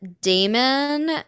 Damon